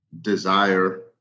desire